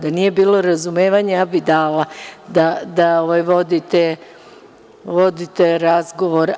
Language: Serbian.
Da nije bilo razumevanja, ja bih dala da vodite razgovor.